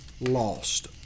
lost